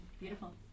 beautiful